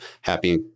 happy